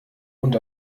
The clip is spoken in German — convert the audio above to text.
und